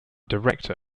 director